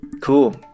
Cool